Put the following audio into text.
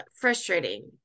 frustrating